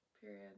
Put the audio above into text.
Period